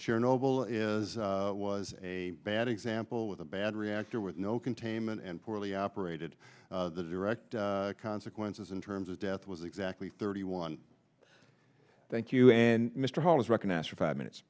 chernobyl is was a bad example with a bad reactor with no containment and poorly operated the direct consequences in terms of death was exactly thirty one thank you and mr hall is recognized for five minutes